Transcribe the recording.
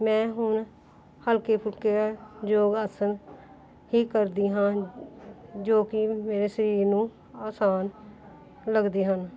ਮੈਂ ਹੁਣ ਹਲਕੇ ਫੁਲਕੇ ਯੋਗ ਆਸਨ ਹੀ ਕਰਦੀ ਹਾਂ ਜੋ ਕਿ ਮੇਰੇ ਸਰੀਰ ਨੂੰ ਆਸਾਨ ਲੱਗਦੇ ਹਨ